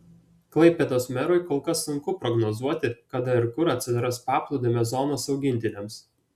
klaipėdos merui kol kas sunku prognozuoti kada ir kur atsiras paplūdimio zonos augintiniams